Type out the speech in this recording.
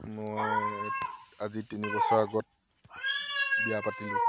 মই আজি তিনি বছৰ আগত বিয়া পাতিলোঁ